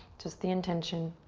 just the intention.